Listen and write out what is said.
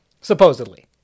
supposedly